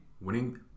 Winning